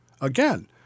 Again